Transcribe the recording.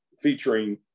featuring